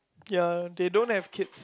ya they don't have kids